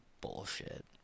bullshit